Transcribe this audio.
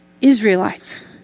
Israelites